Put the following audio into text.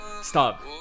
Stop